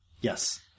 Yes